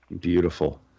Beautiful